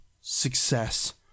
success